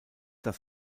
das